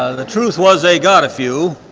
ah the truth was they got a few,